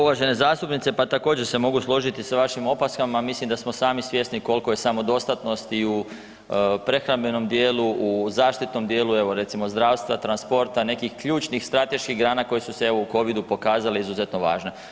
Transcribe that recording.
Uvažena zastupnice, pa također se mogu složiti sa vašim opaskama, mislim da smo sami svjesni koliko je samodostatnosti u prehrambenom dijelu u zaštitnom dijelu evo recimo zdravstva, transporta, nekih ključnih strateških grana koje su se evo u covidu pokazale izuzetno važne.